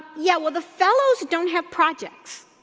yeah well, the fellows don't have projects.